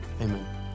amen